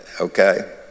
okay